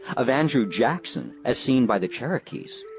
of andrew jackson as seen by the cherokees,